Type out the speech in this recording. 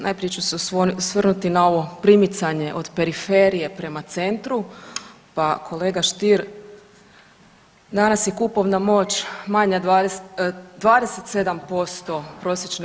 Najprije ću se osvrnuti na ovo primicanje od periferije prema centru, pa kolega Stier danas je kupovna moć manja 27% prosječne